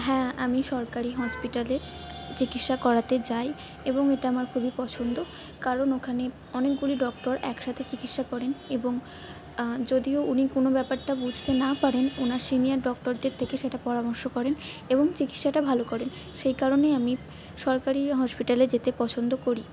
হ্যাঁ আমি সরকারি হসপিটালে চিকিৎসা করাতে যাই এবং এটা আমার খুবই পছন্দ কারণ ওখানে অনেকগুলি ডক্টর একসাথে চিকিৎসা করেন এবং যদিও উনি কোনো ব্যাপারটা বুঝতে না পারেন উনার সিনিয়র ডক্টরদের থেকে সেটা পরামর্শ করেন এবং চিকিসসাটা ভালো করেন সেই কারণেই আমি সরকারি হসপিটালে যেতে পছন্দ করি